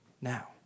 now